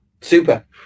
Super